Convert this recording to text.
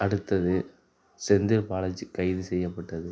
அடுத்தது செந்தில் பாலாஜி கைது செய்யப்பட்டது